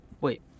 wait